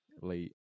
late